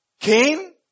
Cain